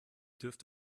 dürft